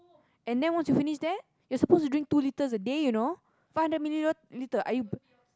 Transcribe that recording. and then once you finish that you are supposed to drink to two litres a day you know five hundred millilitres are you